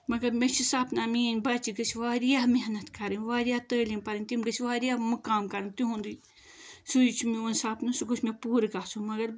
مگر مےٚ چھُ سپنا مِیٲنۍ بَچہِ گٔژھۍ واریاہ محنت کَرٕنۍ واریاہ تعلیم پَرٕنۍ تِم گٔژھۍ واریاہ مُقام کَرٕنۍ تِہُندُے سُے چھُ میون سَپنہٕ سُہ گوٚژھ مےٚ پوٗرٕ گَژُھن مگر